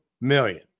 million